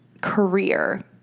career